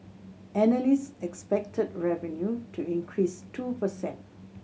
analysts expected revenue to increase two per cent